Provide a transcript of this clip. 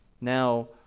Now